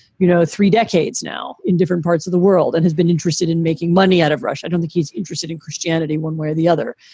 you know, three decades now in different parts of the world and has been interested in making money out of russia. i don't think he's interested in christianity one way or the other.